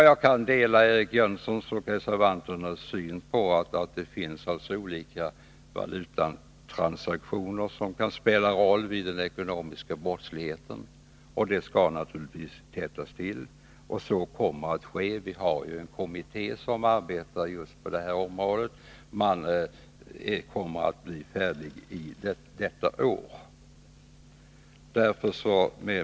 Jag kan dela Eric Jönssons och reservanternas syn på att det finns olika valutatransaktioner som kan spela en roll vid den ekonomiska brottsligheten. Här skall man naturligtvis täppa till. Så kommer också att ske. Vi har ju en kommitté som arbetar just med frågor på det här området. Den kommer att bli färdig detta år.